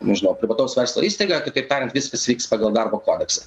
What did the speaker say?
nežinau privataus verslo įstaigą kitaip tariant viskas vyks pagal darbo kodeksą